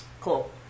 Cool